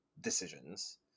decisions